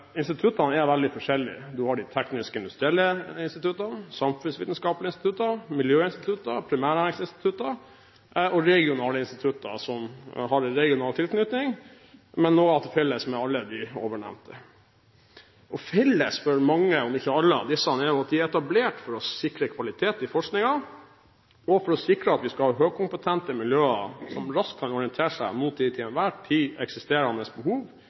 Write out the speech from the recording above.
veldig forskjellige. Man har teknisk-industrielle institutter, samfunnsvitenskapelige institutter, miljøinstitutter, primærnæringsinstitutter og regionale institutter, som har regional tilknytning, men også har noe til felles med alle de ovenfor nevnte. Felles for mange av disse, om ikke alle, er at de er etablert for å sikre kvalitet i forskningen og for å sikre at vi skal ha høykompetente miljøer som raskt kan orientere seg mot de til enhver tid eksisterende behov